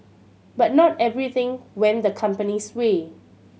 but not everything went the company's way